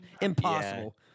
Impossible